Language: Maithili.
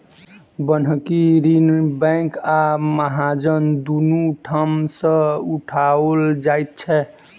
बन्हकी ऋण बैंक आ महाजन दुनू ठाम सॅ उठाओल जाइत छै